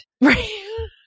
right